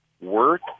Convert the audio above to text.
work